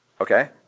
Okay